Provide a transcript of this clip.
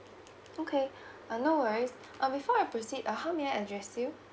okay uh no worries um before I proceed uh how may I address you